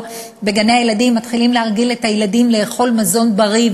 בגני-הילדים מתחילים להרגיל את הילדים לאכול מזון בריא,